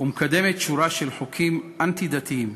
ומקדמת שורה של חוקים אנטי-דתיים.